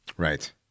Right